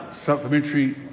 Supplementary